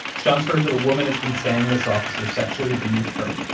john's heard that a woman has been saying this officer sexually abused her.